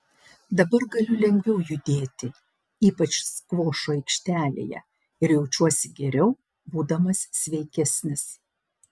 dabar galiu lengviau judėti ypač skvošo aikštelėje ir jaučiuosi geriau būdamas sveikesnis